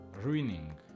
ruining